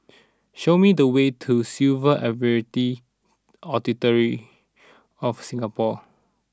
show me the way to Civil Aviation Authority of Singapore